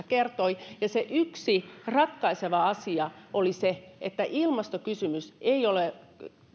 kertoi ja se yksi ratkaiseva asia oli se että ilmastokysymyksestä